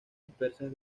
dispersas